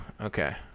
okay